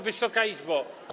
Wysoka Izbo!